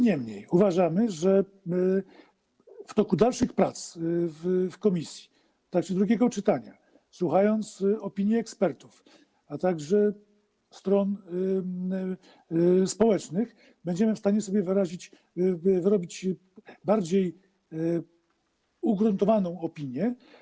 Niemniej uważamy, że w toku dalszych prac w komisji, w trakcie drugiego czytania, słuchając opinii ekspertów, a także stron społecznych, będziemy w stanie sobie wyrobić bardziej ugruntowaną opinię.